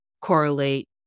correlate